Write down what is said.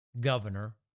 governor